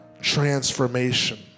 transformation